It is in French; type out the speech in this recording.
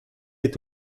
est